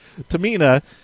Tamina